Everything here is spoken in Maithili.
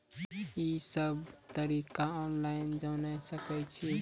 ई सब तरीका ऑनलाइन जानि सकैत छी?